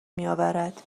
میآورد